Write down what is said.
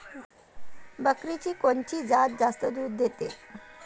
बकरीची कोनची जात जास्त दूध देते?